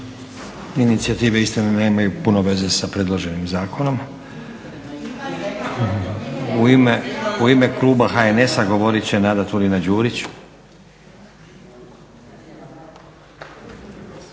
Inicijative istina nemaju puno veze sa predloženim zakonom. U ime kluba HNS-a govorit će Nada Turina-Đurić.